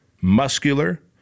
muscular